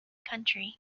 country